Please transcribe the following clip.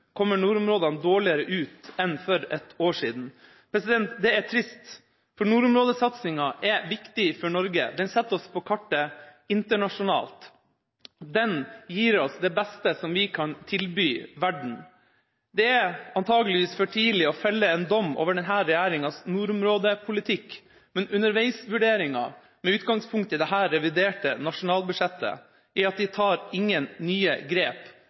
kommer nordområdene dårligere ut enn for et år siden. Det er trist, for nordområdesatsinga er viktig for Norge. Den setter oss på kartet internasjonalt. Den gir oss det beste som vi kan tilby verden. Det er antakeligvis for tidlig å felle en dom over denne regjeringas nordområdepolitikk. Men underveisvurderinga, med utgangspunkt i dette reviderte nasjonalbudsjettet, er at den tar ingen nye grep.